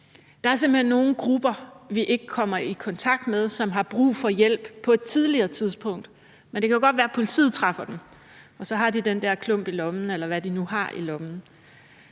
hen er nogle grupper, vi ikke kommer i kontakt med, og som har brug for hjælp på et tidligere tidspunkt. Men det kan jo godt være, at politiet træffer dem, og så har de den der klump i lommen, eller hvad de nu har i lommen.